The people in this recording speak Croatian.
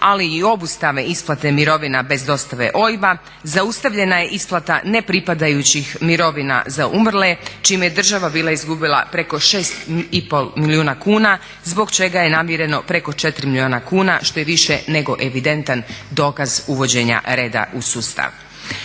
ali i obustave isplate mirovina bez dostave OIB-a zaustavljena je isplata nepripadajućih mirovina za umrle čime je država bila izgubila preko 6 i pol milijuna kuna zbog čega je namireno preko 4 milijuna kuna što je više nego evidentan dokaz uvođenja reda u sustav.